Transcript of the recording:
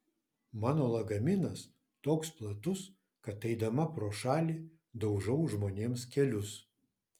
mano lagaminas toks platus kad eidama pro šalį daužau žmonėms kelius